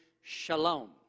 shalom